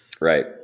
Right